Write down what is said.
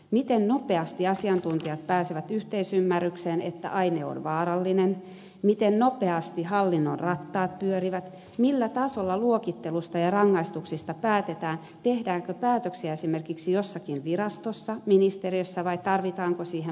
miten nopeasti asiantuntijat pääsevät yhteisymmärrykseen että aine on vaarallinen miten nopeasti hallinnon rattaat pyörivät millä tasolla luokittelusta ja rangaistuksista päätetään tehdäänkö päätöksiä esimerkiksi jossakin virastossa ministeriössä vai tarvitaanko siihen parlamentin käsittely